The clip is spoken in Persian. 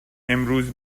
امروز